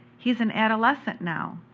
he's an adolescent now.